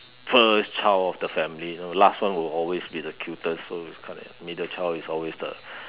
first child of the family you know last one will always be the cutest so it's kind of the middle child is always the